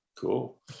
cool